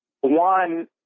One